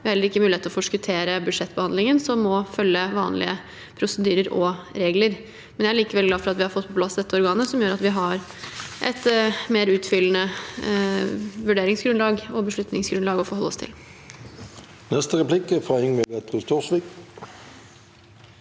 heller ikke mulighet til å forskuttere budsjettbehandlingen, som må følge vanlige prosedyrer og regler. Jeg er likevel glad for at vi har fått på plass dette organet, som gjør at vi har et mer utfyllende vurderingsgrunnlag og beslutningsgrunnlag å forholde oss til.